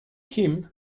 him